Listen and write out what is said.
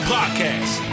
Podcast